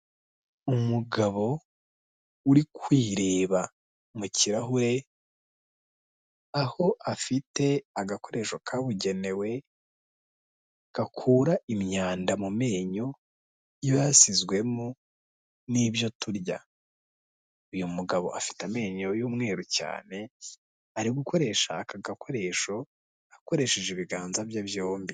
Umugabo uri kwireba mu kirahure, aho afite agakoresho kabugenewe, gakura imyanda mu menyo, iba yasizwemo n'ibyo turya. Uyu mugabo afite amenyo y'umweru cyane, ari gukoresha aka gakoresho, akoresheje ibiganza bye byombi.